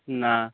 ନାଁ